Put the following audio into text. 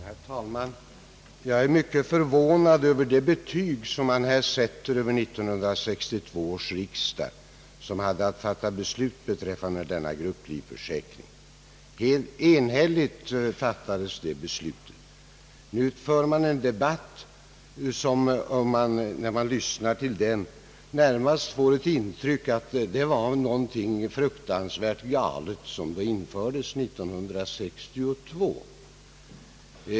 Herr talman! Jag är mycket förvånad över det betyg man här sätter över 1962 års riksdag, som hade att fatta beslut beträffande denha grupplivförsäkring. Det beslutet fattades helt enhälligt. Nu förs här en debatt, av vilken man närmast får ett intryck att det var någonting fruktansvärt galet som infördes 1962.